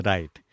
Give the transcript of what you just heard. Right